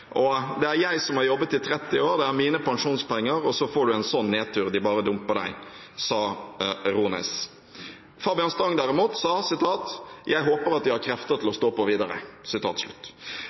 er jeg som har jobba i 30 år, det er mine pensjonspenger.»…«Og så får du en sånn nedtur, de bare dumper deg!» Dette sa Rones. Fabian Stang sa derimot: «Jeg håper at de har krefter til stå på videre.»